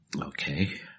Okay